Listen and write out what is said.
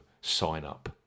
sign-up